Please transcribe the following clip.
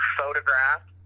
photograph